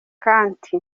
kandt